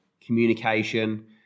communication